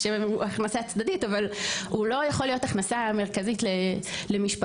כשהוא הכנסה צדדית אבל לא יכול להיות הכנסה מרכזית למשפחה.